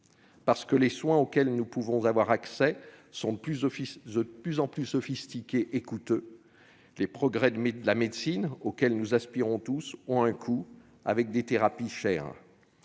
surcroît, les soins auxquels nous pouvons avoir accès sont de plus en plus sophistiqués et onéreux. Les progrès de la médecine, auxquels nous aspirons tous, ont un coût. Ils impliquent des thérapies chères.